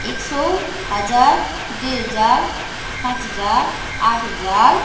एक सौ हजार दुई हजार पाँच हजार आठ हजार